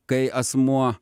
kai asmuo